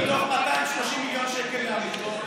2021. מתוך 230 מיליון שקל לעמותות,